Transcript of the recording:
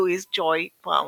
לואיז ג'וי בראון.